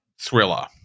thriller